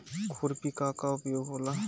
खुरपी का का उपयोग होला?